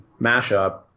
mashup